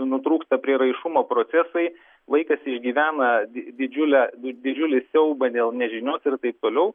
nutrūksta prieraišumo procesai vaikas išgyvena didžiulę didžiulį siaubą dėl nežinios ir taip toliau